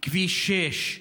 כביש 6,